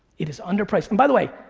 it is under priced. and by the way,